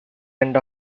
end